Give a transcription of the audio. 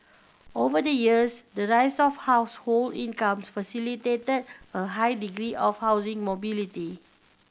over the years the rise of household incomes facilitated a high degree of housing mobility